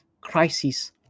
crisis